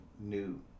new